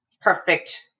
perfect